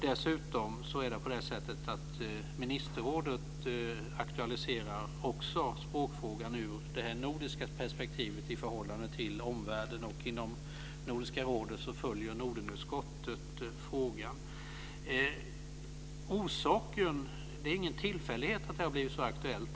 Dessutom aktualiserar ministerrådet också språkfrågan ur det nordiska perspektivet i förhållande till omvärlden. Inom Nordiska rådet följer Nordenutskottet frågan. Det är ingen tillfällighet att det har blivit så aktuellt.